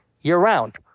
year-round